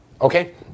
Okay